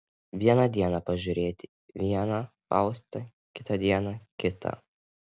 vieną dieną pažiūrėti vieną faustą kitą dieną kitą